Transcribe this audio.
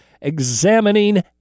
examining